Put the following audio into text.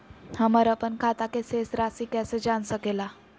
हमर अपन खाता के शेष रासि कैसे जान सके ला?